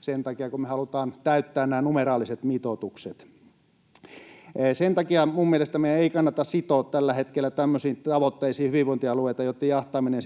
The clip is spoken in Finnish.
sen takia, että me halutaan täyttää nämä numeraaliset mitoitukset. Sen takia mielestäni meidän ei kannata sitoa hyvinvointialueita tällä hetkellä tämmöisiin tavoitteisiin, joitten jahtaaminen